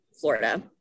Florida